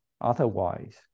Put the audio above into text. otherwise